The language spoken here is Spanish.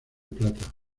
plata